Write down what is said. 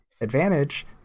advantage